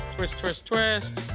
twist, twist, twist.